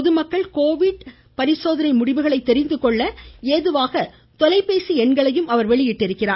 பொதுமக்கள் கோவிட் பரிசோதனை முடிவுகளை தெரிந்துகொள்ள ஏதுவாக தொலைபேசி எண்களையும் அவர் வெளியிட்டுள்ளார்